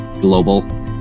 global